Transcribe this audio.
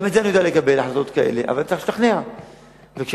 גם החלטות כאלה אני יודע לקבל,